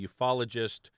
ufologist